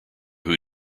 who